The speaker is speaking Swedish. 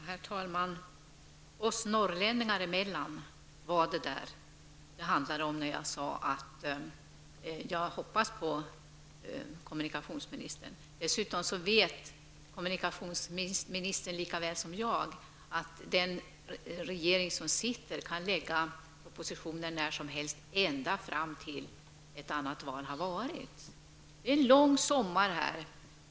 Herr talman! Oss norrlänningar emellan var det detta som det handlade om när jag sade att jag hoppas på kommunikationsministern. Dessutom vet kommunikationsministern lika väl som jag att den regering som sitter kan lägga fram propositioner när som helst ända fram till dess att ett val har hållits. Vi har en lång sommar framför oss.